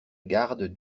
garde